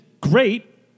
great